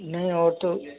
नहीं और तो